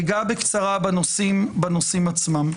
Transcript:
אגע בקצרה בנושאים עצמם.